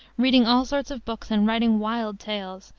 reading all sorts of books and writing wild tales,